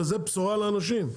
וזו בשורה לאנשים.